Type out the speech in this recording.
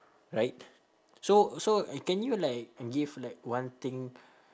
right so so can you like give like one thing